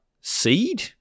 seed